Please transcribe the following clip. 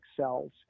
cells